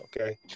okay